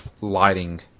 lighting